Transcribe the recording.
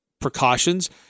precautions